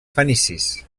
fenicis